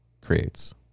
creates